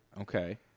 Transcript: Okay